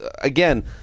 again